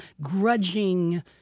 grudging